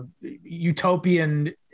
utopian